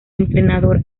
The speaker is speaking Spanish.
entrenador